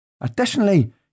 Additionally